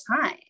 time